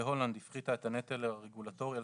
בהולנד שהפחיתה את הנטל הרגולטורי על